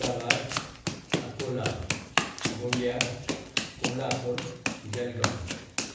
Ahmedabad Akola Gondia Kolhapur Jalgaon